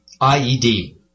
IED